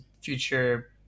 future